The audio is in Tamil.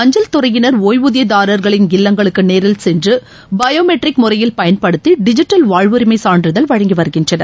அஞ்சல் துறையிளர் ஒய்வூதியதாரர்களின் இல்லங்களுக்கு நேரில் சென்று பயோமெட்ரிக் முறையில் பயன்படுத்தி டிஜிட்டல் வாழ்வுரிமை சான்றிதழ் வழங்கி வருகின்றனர்